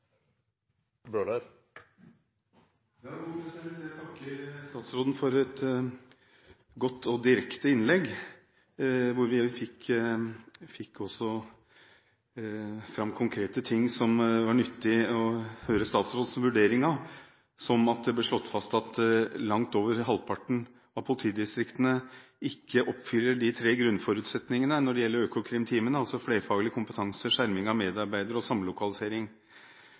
Jeg takker statsråden for et godt og direkte innlegg. Vi fikk også fram konkrete ting som var nyttig å høre statsrådens vurdering av. Det ble f.eks. slått fast at langt over halvparten av politidistriktene ikke oppfyller de tre grunnforutsetningene når det gjelder økokrimteamene, altså flerfaglig kompetanse, skjerming av medarbeidere og samlokalisering.